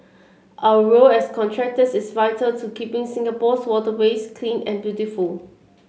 our role as contractors is vital to keeping in Singapore's waterways clean and beautiful